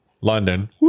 London